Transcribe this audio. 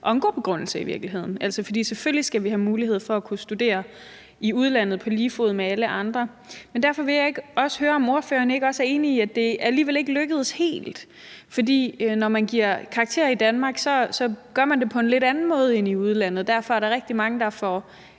det en god begrundelse. For selvfølgelig skal vi have mulighed for at kunne studere i udlandet på lige fod med alle andre. Men jeg vil høre, om ordføreren ikke også er enig i, at det alligevel ikke lykkedes helt. For når man giver karakterer i Danmark, gør man det på en lidt anden måde end i udlandet, hvor der er rigtig mange, der får